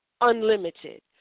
unlimited